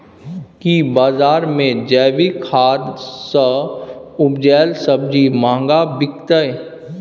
की बजार मे जैविक खाद सॅ उपजेल सब्जी महंगा बिकतै?